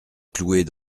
clouer